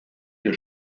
der